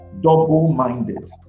double-minded